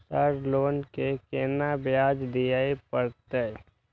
Sir loan के केना ब्याज दीये परतें?